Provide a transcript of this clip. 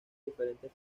diferentes